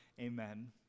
amen